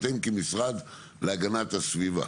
אתם כמשרד להגנת הסביבה.